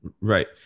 Right